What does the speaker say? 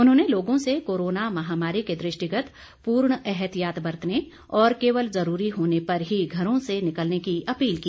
उन्होंने लोगों से कोरोना महामारी के दृष्टिगत पूर्ण एहतियात बरतने और केवल जरूरी होने पर ही घरों से निकलने की अपील की